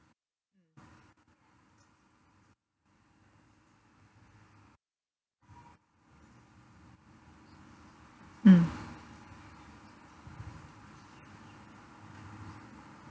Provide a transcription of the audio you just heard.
mm